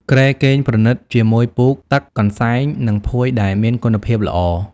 គ្រែគេងប្រណីត ជាមួយពូក ទឹក កន្សែង និងភួយដែលមានគុណភាពខ្ពស់។